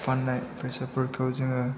फाननाय बेसादफोरखौ जोङो